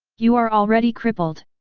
you are already crippled.